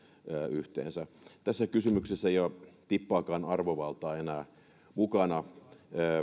yhteen tässä kysymyksessä ei ole tippaakaan arvovaltaa enää mukana